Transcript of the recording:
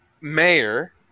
mayor